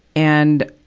and,